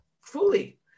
fully